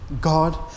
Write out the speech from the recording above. God